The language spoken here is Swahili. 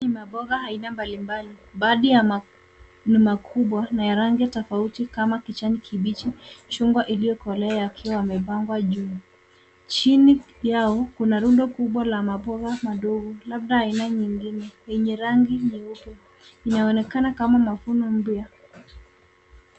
Ni maboga aina mbalimbali. Baadhi ni makubwa na ya rangi tofauti kama kijani kibichi, chungwa iliyokolea yakiwa yamepangwa juu. Chini yao kuna rundo kubwa la mboga madogo labda aina nyingine yenye rangi nyeupe. Inaonekana kama mafumo mpya.